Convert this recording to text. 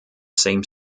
same